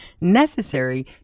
necessary